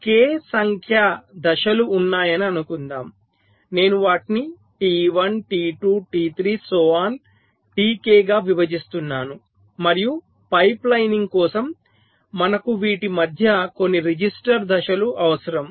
K సంఖ్య దశలు ఉన్నాయని అనుకుందాం నేను వాటిని T1 T2 T3 Tk గా విభజిస్తున్నాను మరియు పైప్లైనింగ్ కోసం మనకు వీటి మధ్య కొన్ని రిజిస్టర్డ్ దశలు అవసరం